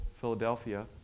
Philadelphia